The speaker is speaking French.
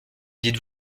dites